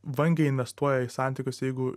vangiai investuoja į santykius jeigu